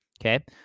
Okay